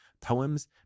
poems